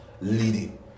leading